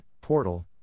Portal